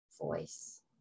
voice